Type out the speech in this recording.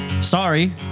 sorry